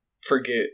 forget